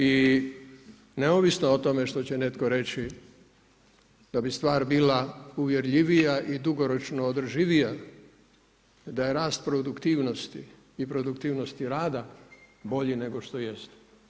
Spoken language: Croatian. I neovisno o tome što će netko reći, da bi stvar bila uvjerljivija i dugoročno održivija, da je rast produktivnosti i produktivnosti rada bolji nego što jest.